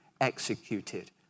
executed